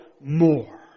more